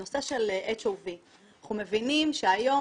הנושא של HOV. אנחנו מבינים שהיום